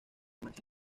mancha